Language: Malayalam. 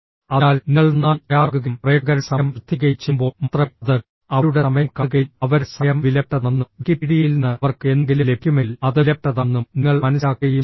അതിനാൽ നിങ്ങൾ നന്നായി തയ്യാറാകുകയും പ്രേക്ഷകരുടെ സമയം ശ്രദ്ധിക്കുകയും ചെയ്യുമ്പോൾ മാത്രമേ അത് അവരുടെ സമയം കാണുകയും അവരുടെ സമയം വിലപ്പെട്ടതാണെന്നും വിക്കിപീഡിയയിൽ നിന്ന് അവർക്ക് എന്തെങ്കിലും ലഭിക്കുമെങ്കിൽ അത് വിലപ്പെട്ടതാണെന്നും നിങ്ങൾ മനസ്സിലാക്കുകയും ചെയ്യുന്നു